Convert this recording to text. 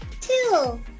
two